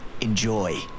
Enjoy